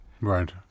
Right